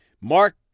Mark